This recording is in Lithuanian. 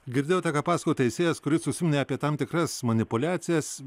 girdėjote ką paskojo teisėjas kuris užsiminė apie tam tikras manipuliacijas